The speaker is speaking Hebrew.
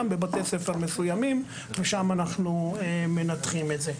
בבתי ספר מסוימים ושם אנחנו מנתחים את זה.